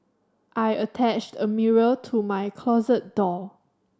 I attached a mirror to my closet door